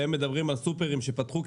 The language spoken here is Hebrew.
והם מדברים על סופרים שפתחו,